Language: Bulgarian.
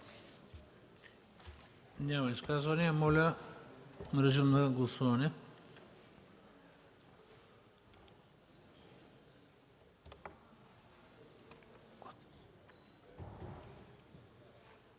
Няма изказвания. Моля, режим на гласуване.